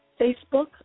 Facebook